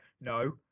no